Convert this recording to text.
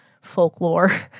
folklore